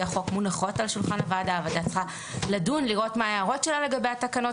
שגם עליו לא מדברים.